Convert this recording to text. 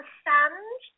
sand